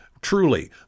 truly